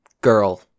girl